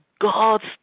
God's